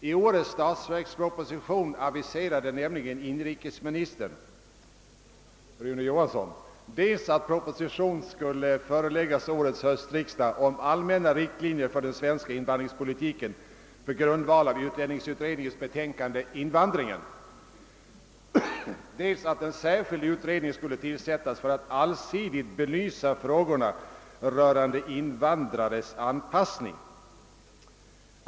I årets statsverksproposition aviserade nämligen inrikesminister Rune Johansson dels att proposition skulle föreläggas höstriksdagen om allmänna riktlinjer för den svenska invandringspolitiken på grundval av utlänningsutredningens betänkande Invandringen, dels att en särskild utredning skulle tillsättas för att allsidigt belysa frågor rörande invandrares anpassning.